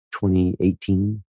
2018